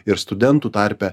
ir studentų tarpe